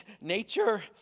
nature